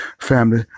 family